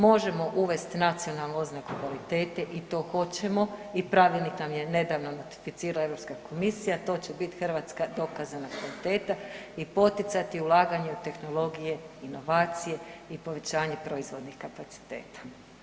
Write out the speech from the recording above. Možemo uvesti nacionalnu oznaku kvalitete i to hoćemo i pravilnik nam je nedavno identificirala Europska komisija to će biti hrvatska dokazana kvaliteta i poticati ulaganja u tehnologije, inovacije i povećanje proizvodnih kapaciteta.